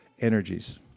energies